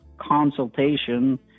consultation